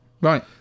Right